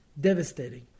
Devastating